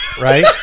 right